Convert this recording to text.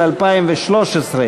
חוק ומשפט להכנה לקריאה